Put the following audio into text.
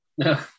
No